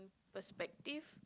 perspective